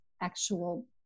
actual